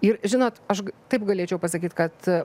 ir žinot aš taip galėčiau pasakyt kad